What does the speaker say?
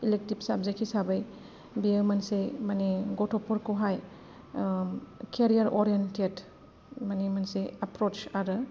elective subject हिसाबै बेयो मोनसे माने गथ'फोरखौहाय केरियार अरियेन्टेड माने मोनसे एप्प्रच आरो